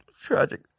Tragic